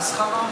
מסחרה אמרת?